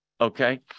Okay